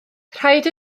rhaid